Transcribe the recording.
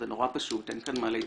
זה נורא פשוט, אין כאן מה להתפלסף,